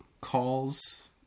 calls